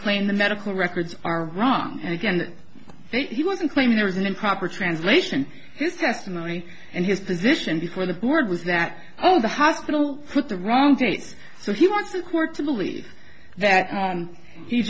clean the medical records are wrong and again he wasn't claiming there was an improper translation his testimony and his position before the word was that oh the hospital put the wrong case so he wants the court to believe that